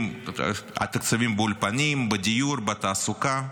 בתקציבים לאולפנים, לדיור, לתעסוקה.